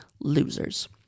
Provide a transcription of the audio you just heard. losers